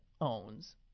owns